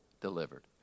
delivered